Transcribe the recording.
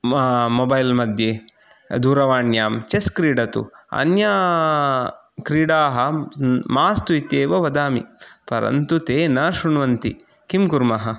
मा मोबैल् मध्ये दूरवाण्यां चेस् क्रीडतु अन्या क्रीडाः मास्तु इत्येव वदामि परन्तु ते न शृण्वन्ति किं कुर्मः